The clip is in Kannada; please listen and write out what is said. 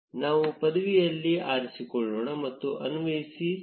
ನಾವು ಪದವಿಯನ್ನು ಆರಿಸಿಕೊಳ್ಳೋಣ ಮತ್ತು ಅನ್ವಯಿಸು ಕ್ಲಿಕ್ ಮಾಡಿ